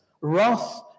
wrath